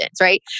right